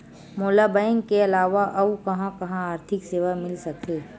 मोला बैंक के अलावा आऊ कहां कहा आर्थिक सेवा मिल सकथे?